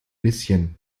bisschen